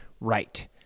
right